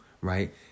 right